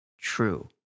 true